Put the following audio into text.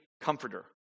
comforter